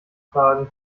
fragen